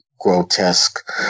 grotesque